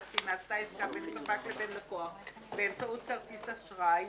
כי נעשתה עסקה בין ספק לבין לקוח באמצעות כרטיס אשראי,